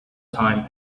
time